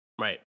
Right